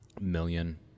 Million